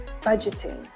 budgeting